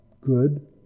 good